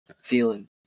feeling